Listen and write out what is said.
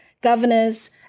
governors